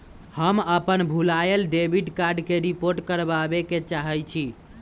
हम अपन भूलायल डेबिट कार्ड के रिपोर्ट करावे के चाहई छी